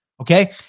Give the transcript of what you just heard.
okay